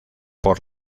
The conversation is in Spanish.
por